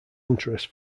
interest